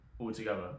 altogether